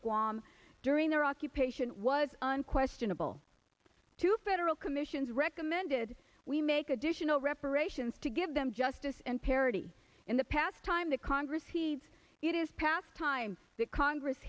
guam during their occupation was unquestionable two federal commissions recommended we make additional reparations to give them justice and parity in the past time the congress see it is past time that congress